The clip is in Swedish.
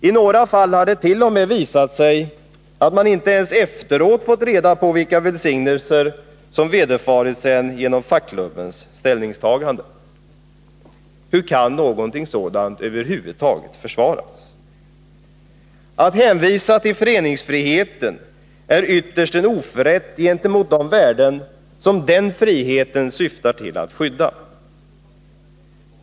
I några fall har det t.o.m. visat sig att de inte ens efteråt har fått reda på vilka välsignelser som vederfarits dem genom fackklubbens ställningstagande. Hur kan någonting sådant över huvud taget försvaras? Att hänvisa till föreningsfriheten är ytterst en oförrätt gentemot de värden som den friheten syftar till att skydda.